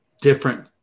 different